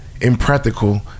impractical